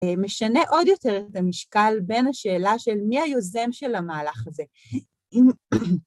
משנה עוד יותר את המשקל בין השאלה של מי היוזם של המהלך הזה.